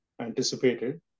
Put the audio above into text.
anticipated